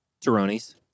Taroni's